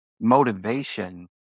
motivation